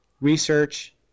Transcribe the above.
research